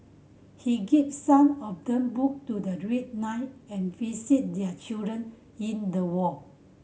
he gives some of them book to the read night and visit their children in the ward